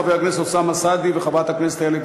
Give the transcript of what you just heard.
חבר הכנסת אוסאמה סעדי וחברת הכנסת איילת